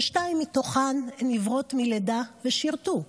ששתיים מתוכן הן עיוורות מלידה ושירתו.